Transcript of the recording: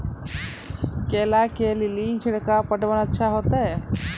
केला के ले ली छिड़काव पटवन अच्छा होते?